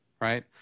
right